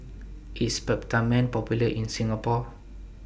IS Peptamen Popular in Singapore